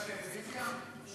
זה בטלוויזיה?